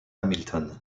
hamilton